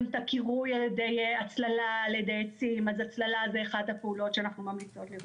זה מאוד תלוי באיכות הנתונים שאנחנו נקבל מהשמ"ט,